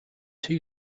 two